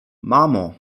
mamo